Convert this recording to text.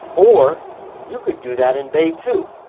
or you could do that in bay two.